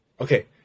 Okay